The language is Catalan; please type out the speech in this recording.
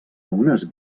unes